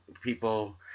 people